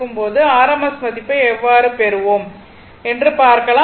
இப்போது r m s மதிப்பை எவ்வாறு பெறுவோம் என்று பார்க்கலாம்